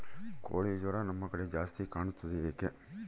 ಕೋಳಿ ಜ್ವರ ನಮ್ಮ ಕಡೆ ಜಾಸ್ತಿ ಕಾಣುತ್ತದೆ ಏಕೆ?